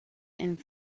and